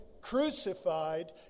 crucified